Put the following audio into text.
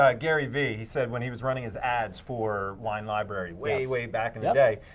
ah gary vee, he said when he was running his ads for wine library way, way back in the day,